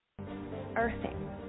Earthing